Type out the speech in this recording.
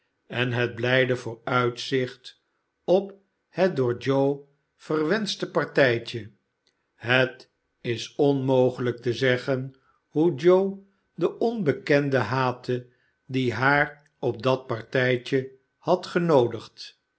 en het blijde vooruitzicht op het door joe verwenschte partijtje het is onmogelijk te zeggen hoe joe den onbekende haatte die haar op dat partijtje had genoodigd